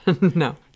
No